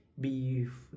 beef